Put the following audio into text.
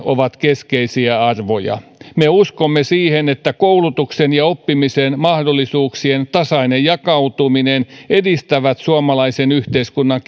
ovat keskeisiä arvoja me uskomme siihen että koulutuksen ja oppimisen mahdollisuuksien tasainen jakautuminen edistävät suomalaisen yhteiskunnan